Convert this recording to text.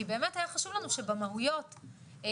כי באמת היה חשוב לנו שבמהויות הקטנות,